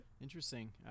Interesting